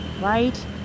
right